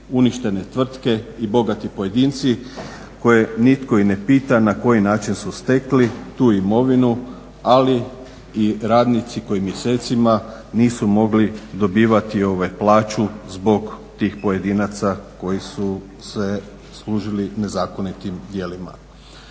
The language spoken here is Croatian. uništene tvrtke i bogati pojedinci koje nitko ni ne pita na koji način su stekli tu imovinu, ali i radnici koji mjesecima nisu mogli dobivati plaću zbog tih pojedinaca koji su se služili nezakonitim djelima.